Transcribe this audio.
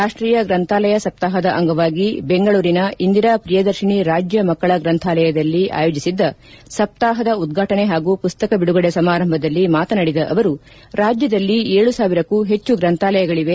ರಾಷ್ಟೀಯ ಗ್ರಂಥಾಲಯ ಸಪ್ತಾಪದ ಅಂಗವಾಗಿ ಬೆಂಗಳೂರಿನ ಇಂದಿರಾ ಪ್ರಿಯದರ್ಶಿನಿ ರಾಜ್ಯ ಮಕ್ಕಳ ಗ್ರಂಥಾಲಯದಲ್ಲಿ ಆಯೋಜಿಸಿದ್ದ ಸಪ್ತಾಹದ ಉದ್ಘಾಟನೆ ಹಾಗೂ ಮಸ್ತಕ ಬಿಡುಗಡೆ ಸಮಾರಂಭದಲ್ಲಿ ಮಾತನಾಡಿದ ಅವರು ರಾಜ್ಯದಲ್ಲಿ ಏಳು ಸಾವಿರಕ್ಕೂ ಹೆಚ್ಚು ಗ್ರಂಥಾಲಯಗಳವೆ